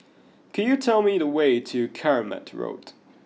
could you tell me the way to Keramat Road